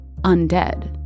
undead